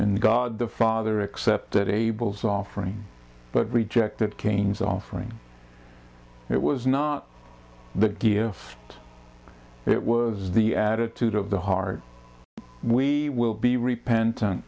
and god the father except that abel's offering but rejected cain's offering it was not the gear of it it was the attitude of the heart we will be repentant